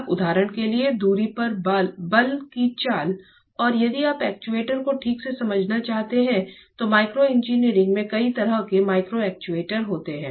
अब उदाहरण के लिए दूरी पर बल की चाल और यदि आप एक्चुएटर को ठीक से समझना चाहते हैं तो माइक्रो इंजीनियरिंग में कई तरह के माइक्रो एक्चुएटर होते हैं